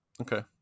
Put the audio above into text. Okay